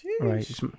Right